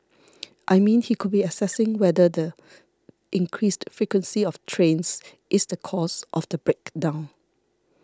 I mean he could be assessing whether the increased frequency of trains is the cause of the break down